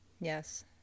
Yes